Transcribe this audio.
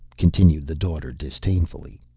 continued the daughter, disdainfully.